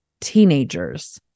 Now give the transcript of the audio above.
teenagers